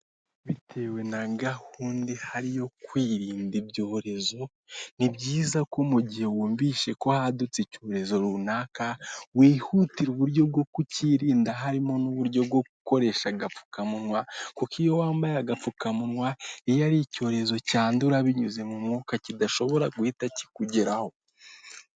Bitewe nagahunda ihari yo kwirinda ibyorezo nibyiza ko mu gihe wumvise ko hadutse icyorezo runaka wihutira uburyo bwo kukirinda harimo n'uburyo bwo gukoresha agapfukamunwa, kuko iyo wambaye agapfukamunwa iyo ari icyorezo cyandura binyuze mu mwuka kidashobora guhita kikugeraho.